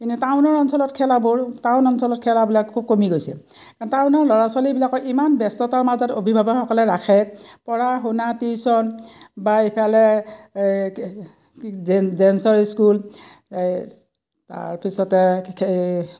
কিন্তু টাউনৰ অঞ্চলত খেলাবোৰ টাউন অঞ্চলত খেলাবিলাক খুব কমি গৈছিল কাৰণ টাউনৰ ল'ৰা ছোৱালীবিলাকক ইমান ব্যস্ততাৰ মাজত অভিভাৱকসকলে ৰাখে পঢ়া শুনা টিউচন বা ইফালে ডেন্সৰ স্কুল তাৰপিছতে